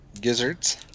gizzards